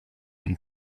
and